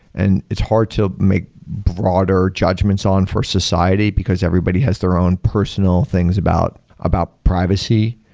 and it's hard to make broader judgments on for society, because everybody has their own personal things about about privacy.